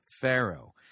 Pharaoh